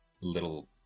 little